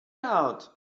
out